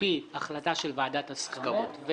על-פי החלטה של ועדת הסכמות,